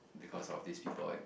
because of these people I